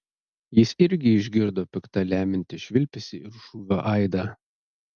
jis irgi išgirdo pikta lemiantį švilpesį ir šūvio aidą